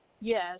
Yes